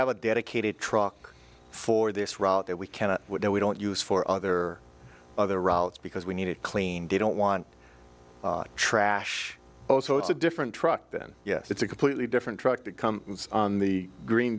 a dedicated truck for this route that we cannot we don't use for other other routes because we need it clean they don't want trash oh so it's a different truck then yes it's a completely different truck to come on the green